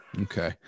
Okay